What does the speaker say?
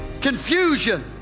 confusion